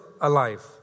alive